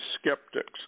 skeptics